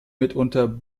mitunter